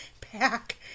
pack